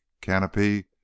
canopy